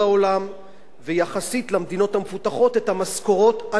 ויחסית למדינות המפותחות, המשכורות הנמוכות ביותר.